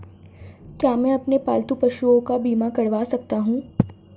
क्या मैं अपने पालतू पशुओं का बीमा करवा सकता हूं?